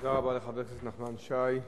תודה רבה לחבר הכנסת נחמן שי.